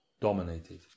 dominated